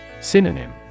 Synonym